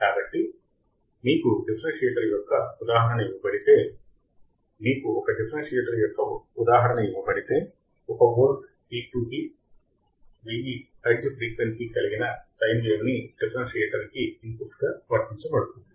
కాబట్టి మీకు డిఫరెన్సియేటర్ యొక్క ఉదాహరణ ఇవ్వబడితే మీకు ఒక డిఫరెన్సియేటర్ యొక్క ఉదాహరణ ఇవ్వబడితే 1 volt peak to peak 1000 hertz frequency కలిగిన సైన్ వేవ్ ని డిఫరెన్సియేటర్ కి ఇన్పుట్ గా వర్తించబడుతుంది